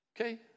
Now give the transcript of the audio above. Okay